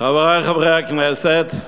חברי חברי הכנסת,